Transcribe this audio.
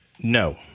No